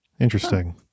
Interesting